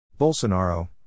Bolsonaro